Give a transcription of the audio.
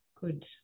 Good